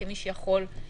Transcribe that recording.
כמי שיכול לתת.